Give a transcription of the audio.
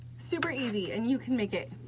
super easy and you can make it.